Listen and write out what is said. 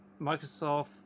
Microsoft